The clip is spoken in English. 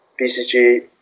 BCG